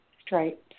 straight